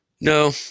No